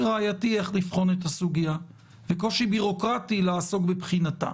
ראייתי איך לבחון את הסוגיה וקושי ביורוקרטי לעסוק בבחינתה.